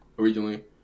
Originally